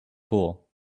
pool